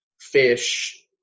fish